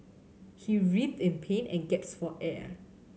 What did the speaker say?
he writhed in pain and gasped for air